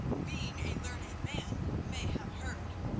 being a learned man, may have heard.